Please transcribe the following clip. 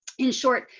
in short,